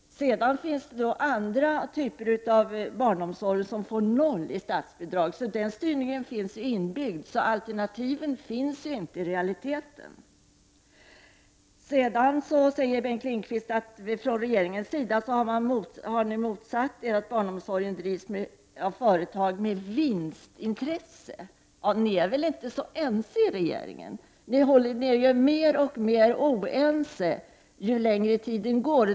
Sedan finns det andra typer av barnomsorg som får 0 kr. i statsbidrag. Styrningen är alltså inbyggd, och alternativen finns inte i realiteten. Sedan säger Bengt Lindqvist att ni från regeringens sida har motsatt er att barnomsorgen ”drivs av företag med vinstintresse”. Men ni är väl inte så ense i regeringen — ni blir ju mer och mer oense ju längre tiden går.